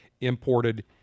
imported